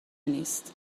نیست